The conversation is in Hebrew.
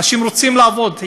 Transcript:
אנשים רוצים לעבוד,